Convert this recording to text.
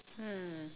mm